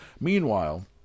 Meanwhile